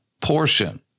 portion